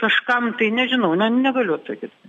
kažkam tai nežinau ne negaliu atsakyt